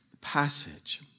passage